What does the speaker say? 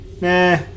Nah